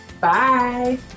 Bye